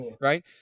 right